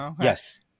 Yes